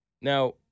Now